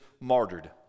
martyred